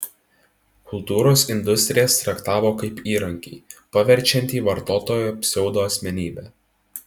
kultūros industrijas traktavo kaip įrankį paverčiantį vartotoją pseudoasmenybe